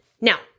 Now